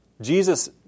Jesus